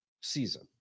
season